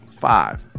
five